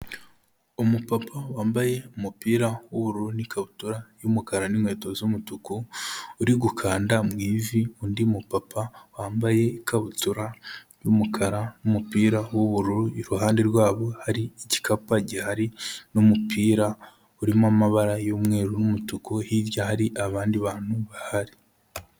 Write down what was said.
Umupapa wambaye umupira w'ubururu n'ikabutura y'umukara n'inkweto z'umutuku, uri gukanda mu ivi undi mupapa wambaye ikabutura y'umukara n'umupira w'ubururu, iruhande rwabo hari igikapa gihari n'umupira urimo amabara y'umweru n'umutuku, hirya hari abandi bantu bahari.